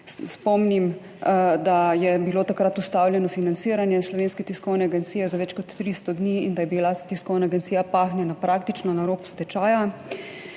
Spomnim, da je bilo takrat ustavljeno financiranje Slovenske tiskovne agencije za več kot 300 dni in da je bila Tiskovna agencija pahnjena praktično na rob stečaja.